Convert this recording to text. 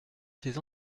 ces